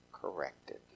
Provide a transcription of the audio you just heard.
Corrected